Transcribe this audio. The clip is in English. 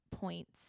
points